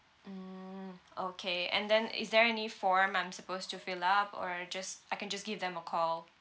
mm okay and then is there any form I'm supposed to fill up or I just I can just give them a call